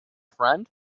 friend